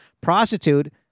prostitute